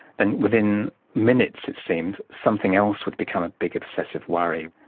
then within minutes, it seemed, something else would become a big obsessive worry.